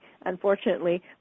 unfortunately